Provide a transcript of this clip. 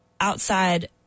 outside